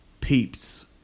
peeps